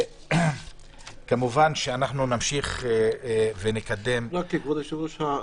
כמובן שאנחנו נמשיך ונקדם --- כבוד היושב-ראש,